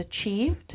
achieved